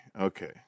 Okay